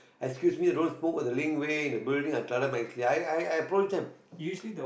excuse me don't smoke on the link way the building I tell them nicely I I approach them